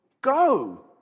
Go